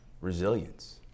resilience